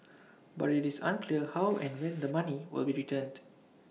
but IT is unclear how and when the money will be returned